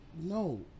no